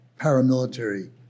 paramilitary